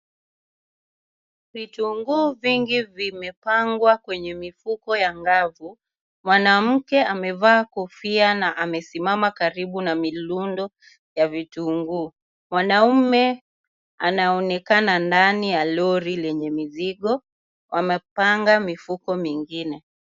Vitunguu vingi vime pangwa kwenye mifuko ya ngavu mwanamke amevaa kofia na amesimama karibu na milundo ya vitunguu. Mwanaume anaonekana ndani ya lori lenye mizigo wamepanga mifuko mengine.